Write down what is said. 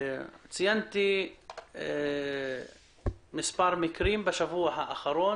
ציינתי מספר מקרים בשבוע האחרון,